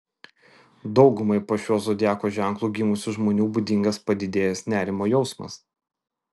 daugumai po šiuo zodiako ženklu gimusių žmonių būdingas padidėjęs nerimo jausmas